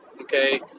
okay